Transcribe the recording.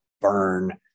burn